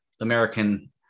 American